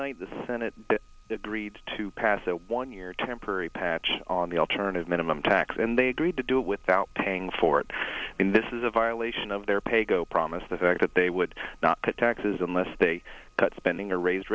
night the senate read to pass a one year temporary patch on the alternative minimum tax and they agreed to do it without paying for it and this is a violation of their pay go promise the fact that they would not cut taxes unless they cut spending or raise